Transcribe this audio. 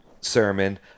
sermon